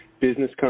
business